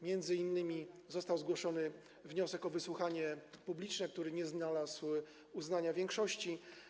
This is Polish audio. Między innymi został zgłoszony wniosek o wysłuchanie publiczne, który nie znalazł uznania większości.